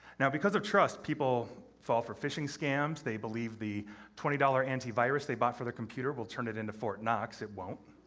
now, because of trust, people fall for phishing scams. they believe the twenty dollars anti-virus they bought for their computer will turn it into fort knox it will